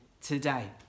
today